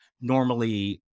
normally